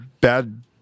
bad